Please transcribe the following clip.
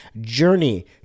journey